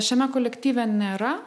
šiame kolektyve nėra